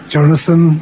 Jonathan